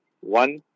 one